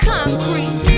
Concrete